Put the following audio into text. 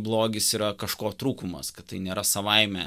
blogis yra kažko trūkumas kad tai nėra savaime